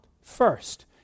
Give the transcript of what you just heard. first